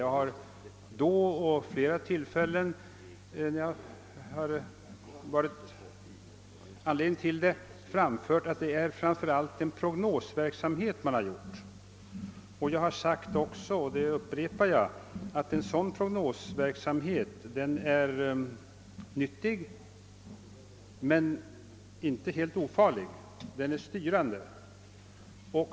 Jag framhöll då liksom jag gjort vid flera tillfällen när anledning härtill funnits, att vad man i detta sammanhang genomfört framför allt är en prognosverksamhet. Jag har tidigare också sagt och upprepar det nu, att en sådan prognosverksamhet är nyttig men inte helt ofarlig, eftersom den är styrande.